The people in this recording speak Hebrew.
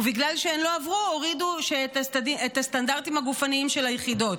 ובגלל שהן לא עברו הורידו את הסטנדרטים הגופניים של היחידות"